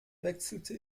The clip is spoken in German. wechselte